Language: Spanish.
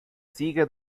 sigue